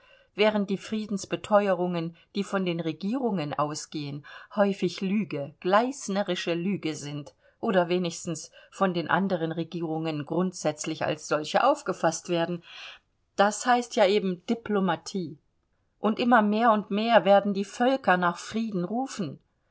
während die friedensbeteuerungen die von den regierungen ausgehen häufig lüge gleißnerische lüge sind oder wenigstens von den anderen regierungen grundsätzlich als solche aufgefaßt werden das heißt ja eben diplomatie und immer mehr und mehr werden die völker nach frieden rufen